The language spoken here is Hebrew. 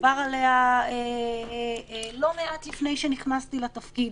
דובר עליה לא מעט לפני שנכנסתי לתפקיד.